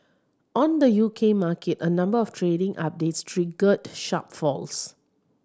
on the U K market a number of trading updates triggered sharp falls